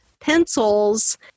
pencils